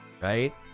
right